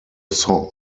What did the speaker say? song